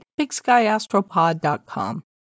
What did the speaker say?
bigskyastropod.com